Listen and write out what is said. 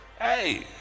Hey